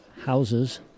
houses